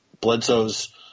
Bledsoe's